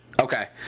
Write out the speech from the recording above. Okay